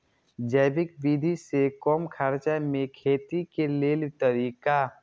जैविक विधि से कम खर्चा में खेती के लेल तरीका?